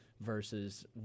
versus